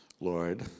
Lord